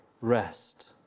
rest